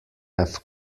have